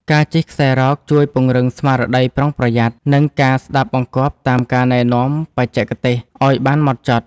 ការជិះខ្សែរ៉កជួយពង្រឹងស្មារតីប្រុងប្រយ័ត្ន និងការស្ដាប់បង្គាប់តាមការណែនាំបច្ចេកទេសឱ្យបានម៉ត់ចត់។